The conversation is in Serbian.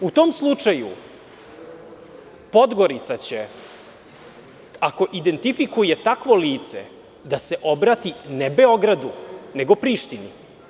U tom slučaju Podgorica će ako identifikuje takvo lice da se obrati ne Beogradu, nego Prištini.